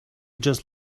just